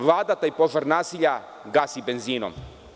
Vlada taj požar nasilja gasi benzinom.